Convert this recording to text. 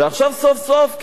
ועכשיו סוף-סוף,